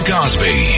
Cosby